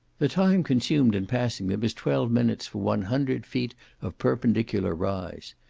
the time consumed in passing them is twelve minutes for one hundred feet of perpendicular rise.